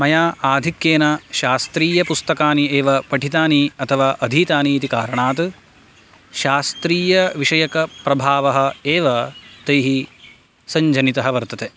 मया आधिक्येन शास्त्रीयपुस्तकानि एव पठितानि अथवा अधीतानि इति कारणात् शास्त्रीयविषयकप्रभावः एव तैः सञ्जनितः वर्तते